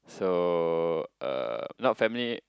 so uh not family